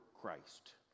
christ